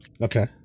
okay